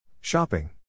Shopping